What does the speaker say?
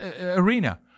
arena